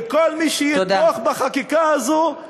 וכל מי שיתמוך בחקיקה הזאת,